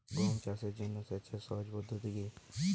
গম চাষে জল সেচের সহজ পদ্ধতি কি?